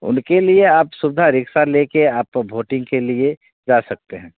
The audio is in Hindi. उनके लिए आप सुविधा रिक्सा लेकर आप भोटिङ के लिए जा सकते हें